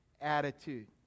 attitude